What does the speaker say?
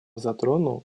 затронул